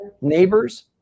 Neighbors